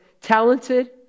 talented